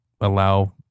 allow